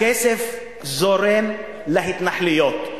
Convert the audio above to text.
הכסף זורם להתנחלויות.